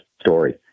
story